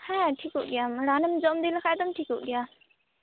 ᱦᱮᱸ ᱴᱷᱤᱠᱩᱜ ᱜᱮᱭᱟᱢ ᱨᱟᱱᱮᱢ ᱡᱚᱢ ᱫᱤ ᱞᱮᱠᱷᱟᱱᱮᱢ ᱴᱷᱤᱠᱩᱜ ᱜᱮᱭᱟ